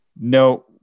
No